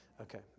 Okay